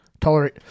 tolerate